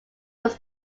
was